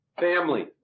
family